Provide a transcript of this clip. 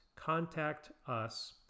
contactus